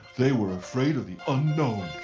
they were afraid of the unknown!